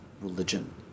religion